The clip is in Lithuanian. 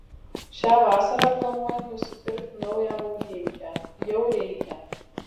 šią vasarą planuoju nusipirkt naują maudymkę jau reikia